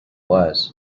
was